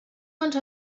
one